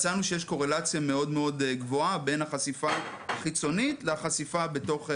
מצאנו שיש קורלציה מאוד גבוהה בין החשיפה החיצונית לחשיפה בתוך הבית.